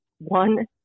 one